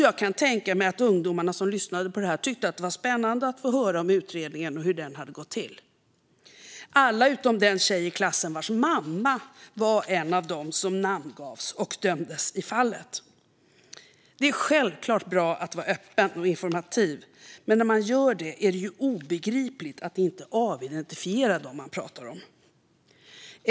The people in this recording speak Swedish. Jag kan tänka mig att ungdomarna som lyssnade tyckte att det var spännande att få höra om utredningen och hur den hade gått till - utom den tjej i klassen vars mamma var en av dem som namngavs och hade dömts i fallet. Det är självklart bra att vara öppen och informativ. Men det är obegripligt att man då inte avidentifierar dem man pratar om.